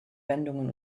wendungen